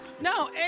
no